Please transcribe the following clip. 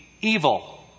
evil